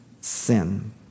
sin